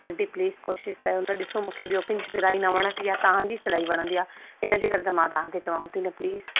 aunty please कोशिशि कयो न ॾिसो मूंखे ॿियों कंहिंजी सिलाई न वणंदी आहे तव्हांजी सिलाई वणंदी आहे इन जे करे त मां तव्हांखे चवांव थी न प्लीज